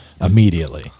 immediately